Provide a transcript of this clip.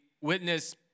witness